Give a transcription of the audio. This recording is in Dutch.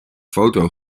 foto